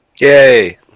Yay